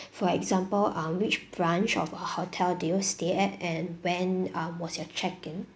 for example um which branch of our hotel did you stay at and when um was your check in